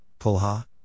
Pulha